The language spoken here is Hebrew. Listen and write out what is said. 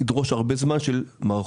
ידרוש הרבה זמן של מערכות,